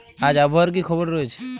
আজ আবহাওয়ার কি খবর রয়েছে?